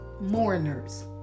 mourners